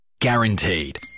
guaranteed